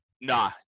nah